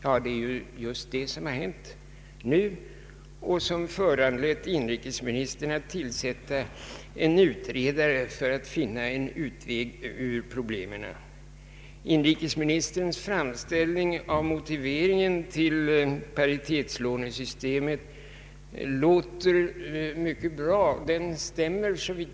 Ja, det är just detta som har hänt nu och som har föranlett inrikesministern att tillsätta en utredare för att finna en utväg ur problemen. Inrikesministerns framställning av motiveringen till paritetslånesystemet låter mycket bra.